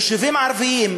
יישובים ערביים,